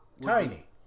Tiny